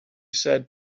said